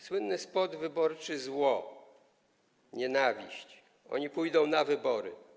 Słynny spot wyborczy: zło, nienawiść, oni pójdą na wybory.